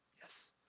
Yes